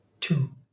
Two